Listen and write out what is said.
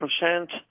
percent